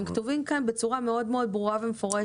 והם כתובים כאן בצורה מאוד מאוד ברורה ומפורשת.